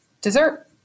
dessert